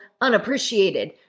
unappreciated